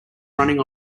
running